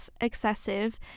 excessive